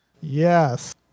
Yes